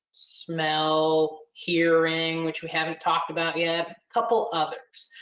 smell, hearing, which we haven't talked about yet. a couple others.